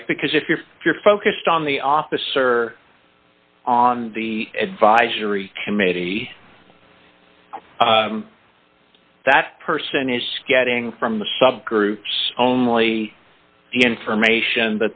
right because if you're if you're focused on the office or on the advisory committee that person is scatting from the subgroups only information